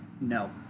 no